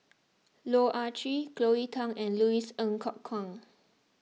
Loh Ah Chee Cleo Thang and Louis Ng Kok Kwang